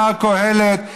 אמר קהלת,